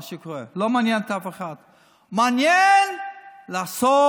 מה שקורה לא מעניין את אף אחד,